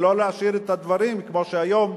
ולא להשאיר את הדברים כמו שהם היום,